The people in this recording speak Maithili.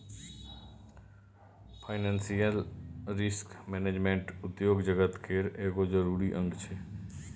फाइनेंसियल रिस्क मैनेजमेंट उद्योग जगत केर एगो जरूरी अंग छै